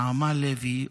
נעמה לוי,